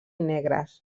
negres